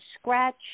scratch